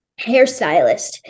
hairstylist